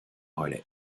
relais